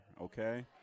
okay